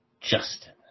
Justin